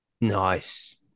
nice